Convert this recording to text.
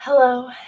Hello